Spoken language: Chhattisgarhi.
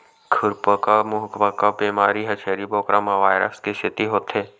खुरपका मुंहपका बेमारी ह छेरी बोकरा म वायरस के सेती होथे